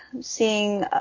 seeing